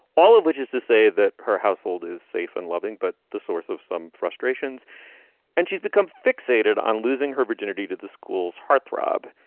all of which is to say that her household is safe and loving. but the source of some frustrations and she's become fixated on losing her virginity to the school's heartthrob.